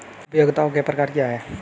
उपयोगिताओं के प्रकार क्या हैं?